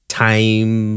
time